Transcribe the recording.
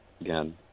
again